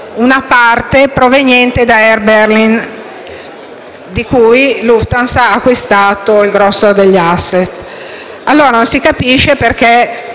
una parte proveniente da Air Berlin, di cui Lufthansa ha acquistato il grosso degli *asset*. Non si capisce,